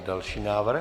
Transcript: Další návrh.